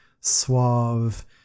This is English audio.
suave